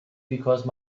because